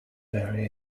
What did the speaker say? vary